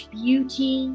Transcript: beauty